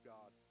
God